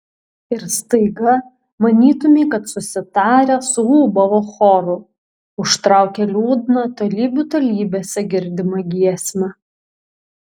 ir staiga manytumei kad susitarę suūbavo choru užtraukė liūdną tolybių tolybėse girdimą giesmę